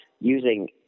using